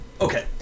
Okay